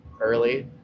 early